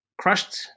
crushed